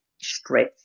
stretch